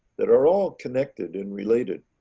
that are all connected and related.